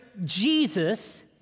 Jesus